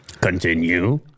Continue